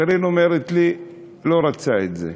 קארין אומרת לי: הוא לא רצה את זה.